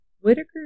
Whitaker